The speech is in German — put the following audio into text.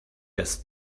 das